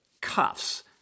cuffs